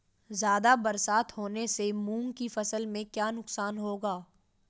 ज़्यादा बरसात होने से मूंग की फसल में क्या नुकसान होगा?